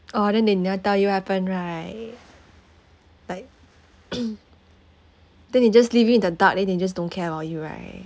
oh then they never tell you what happened right like then they just leave you in the dark then they just don't care about you right